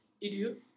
Idiot